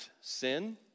sin